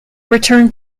returned